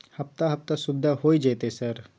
हफ्ता हफ्ता सुविधा होय जयते सर?